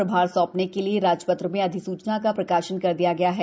प्रभार सौंपने के लिये राजपत्र में अधिसूचना का प्रकाशन कर दिया गया है